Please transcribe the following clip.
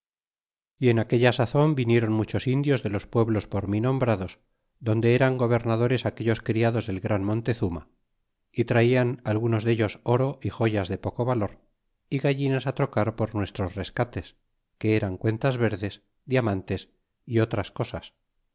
y en aquella sazon vinieron muchos indios de los pueblos por mí nombrados donde eran gobernadores aquellos criados del gran montezuma y traian algunos dellos oro y joyas de poco valor y gallinas á trocar por nuestros rescates que eran cuentas verdes diamantes y otras co